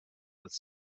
with